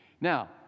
Now